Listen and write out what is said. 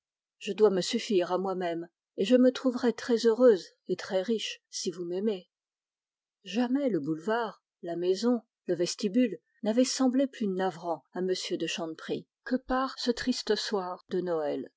je dois me suffire à moimême et je me trouverai très heureuse et très riche si vous m'aimez jamais la maison n'avait semblé plus odieuse à m de chanteprie que par ce triste soir de noël